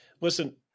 listen